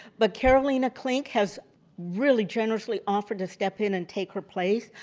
but carolina klink has really generously offered to step in and take her place.